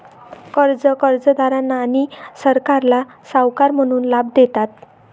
कर्जे कर्जदारांना आणि सरकारला सावकार म्हणून लाभ देतात